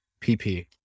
PP